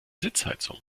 sitzheizung